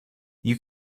you